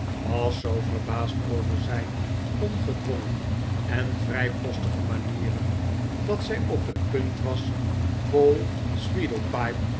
was zoo verbaasd over zijn ohgedwongen en vrijpostige manieren dat zij op het punt was paul